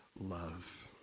love